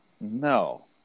No